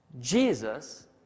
Jesus